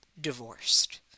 divorced